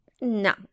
No